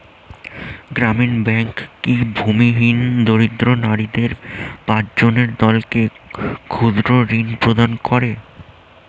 গ্রামীণ ব্যাংক কি ভূমিহীন দরিদ্র নারীদের পাঁচজনের দলকে ক্ষুদ্রঋণ প্রদান করে?